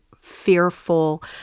fearful